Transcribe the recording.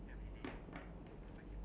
extra features